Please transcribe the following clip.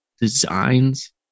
designs